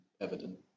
evident